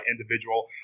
individual